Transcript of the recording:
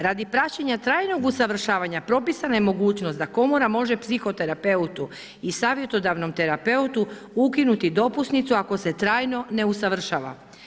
Radi praćenja trajnog usavršavanja propisana je mogućnost da Komora može psihoterapeutu i savjetodavnom terapeutu ukinuti dopusnicu ako se trajno ne usavršava.